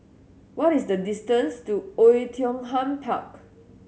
what is the distance to Oei Tiong Ham Park